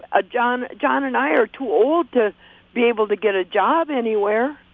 ah john john and i are too old to be able to get a job anywhere.